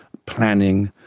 planning,